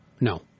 No